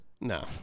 no